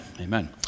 amen